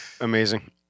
Amazing